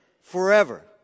forever